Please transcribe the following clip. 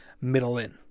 middle-in